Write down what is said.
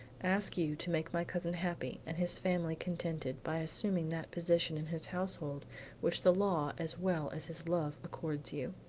ask you to make my cousin happy and his family contented by assuming that position in his household which the law as well as his love accords you.